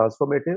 transformative